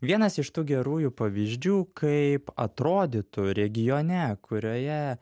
vienas iš tų gerųjų pavyzdžių kaip atrodytų regione kurioje